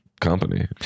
company